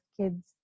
kids